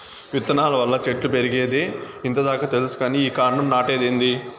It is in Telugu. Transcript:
విత్తనాల వల్ల చెట్లు పెరిగేదే ఇంత దాకా తెల్సు కానీ ఈ కాండం నాటేదేందీ